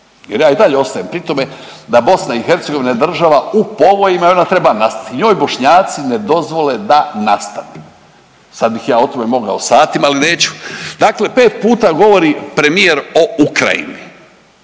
Jer ja i dalje ostajem pri tome da BiH je država u povojima i ona treba nastati. Njoj Bošnjaci ne dozvole da nastane. Sad bih ja o tome mogao satima, ali neću. Dakle, pet puta govori premijer o Ukrajini,